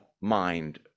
mind